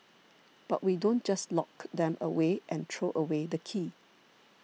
but we don't just lock them away and throw away the key